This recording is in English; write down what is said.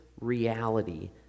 reality